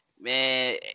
man